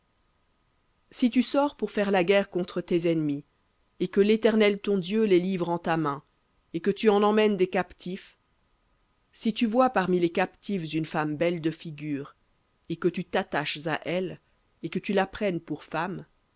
si tu sors pour faire la guerre contre tes ennemis et que l'éternel ton dieu les livre en ta main et que tu en emmènes des captifs si tu vois parmi les captifs une femme belle de figure et que tu t'attaches à elle et que tu la prennes pour femme